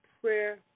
prayer